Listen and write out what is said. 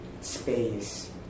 space